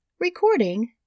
Recording